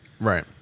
right